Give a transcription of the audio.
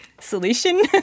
solution